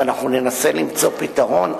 ואנחנו ננסה למצוא פתרון.